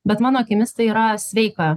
bet mano akimis tai yra sveika